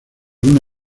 una